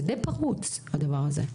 זה די פרוץ הדבר הזה.